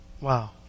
Wow